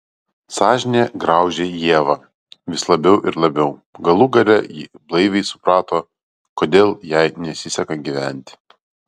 sąžinė graužė ievą vis labiau ir labiau galų gale ji blaiviai suprato kodėl jai nesiseka gyventi